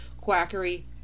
quackery